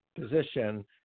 position